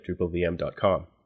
drupalvm.com